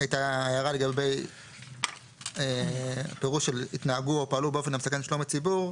הייתה הערה לגבי פירוש של "התנהגו או פעלו באופן המסכן את שלום הציבור",